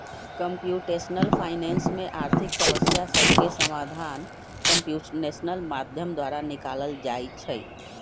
computational finance में आर्थिक समस्या सभके समाधान कंप्यूटेशनल माध्यम द्वारा निकालल जाइ छइ